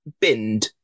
binned